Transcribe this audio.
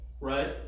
right